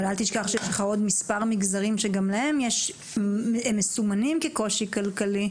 אבל אל תשכח שיש לך עוד מספר מגזרים שהם מסומנים כקושי כלכלי,